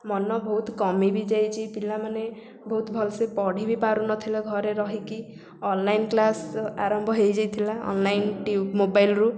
ମନ ବହୁତ କମି ବି ଯାଇଛି ପିଲାମାନେ ବହୁତ ଭଲସେ ପଢ଼ି ବି ପାରୁନଥିଲେ ଘରେ ରହିକି ଅନଲାଇନ କ୍ଲାସ ଆରମ୍ଭ ହେଇଯାଇଥିଲା ଅନଲାଇନ ମୋବାଇଲରୁ